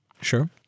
Sure